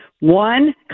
One